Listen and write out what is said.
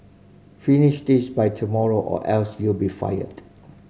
finish this by tomorrow or else you'll be fired